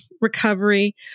recovery